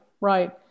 Right